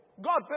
God